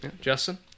Justin